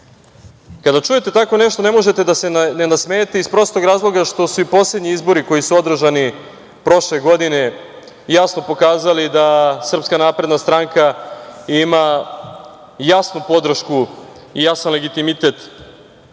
čujete tako nešto ne možete da se ne nasmejete iz prostog razloga što su i poslednji izbori koji su održani prošle godine, jasno pokazali da SNS ima jasnu podršku i jasan legitimitet